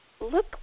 Look